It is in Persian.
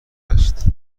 است